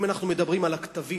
אם אנחנו מדברים על הקטבים,